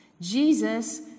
Jesus